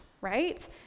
right